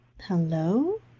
Hello